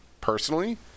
personally